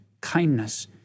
kindness